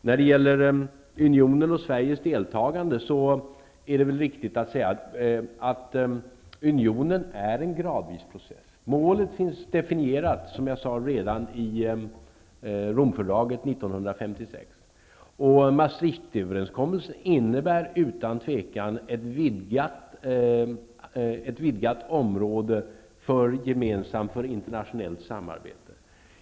När det gäller unionen och Sveriges deltagande är det väl riktigt att säga att övrgången i union utgör en gradvis process. Målet är definierat, som jag sade, redan i Romfördraget 1956. Maastrichtöverenskommelsen innebär utan tvekan ett vidgat område för internationellt samarbete.